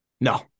No